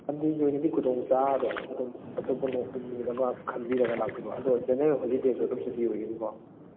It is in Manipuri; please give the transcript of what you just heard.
ꯁꯟꯗꯦꯒꯤ ꯑꯣꯏꯅꯗꯤ ꯈꯨꯗꯣꯡ ꯆꯥꯔꯔꯣꯏ ꯑꯗꯨꯝ ꯑꯇꯣꯞꯄ ꯅꯨꯃꯤꯠ ꯑꯃ ꯈꯟꯕꯤꯔꯒ ꯂꯥꯛꯄꯤꯔꯣ ꯑꯗꯣ ꯖꯦꯅꯔꯦꯜ ꯍꯣꯂꯤꯗꯦꯁꯨ ꯑꯗꯨꯝ ꯁꯨꯇꯤ ꯑꯣꯏꯒꯅꯤꯀꯣ